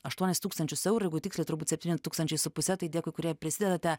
aštuonis tūkstančius eurų jeigu tiksliai turbūt septyni tūkstančiai su puse tai dėkui kurie prisidedate